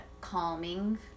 calming